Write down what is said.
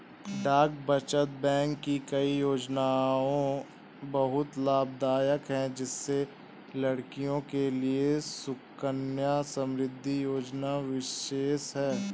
डाक बचत बैंक की कई योजनायें बहुत लाभदायक है जिसमें लड़कियों के लिए सुकन्या समृद्धि योजना विशेष है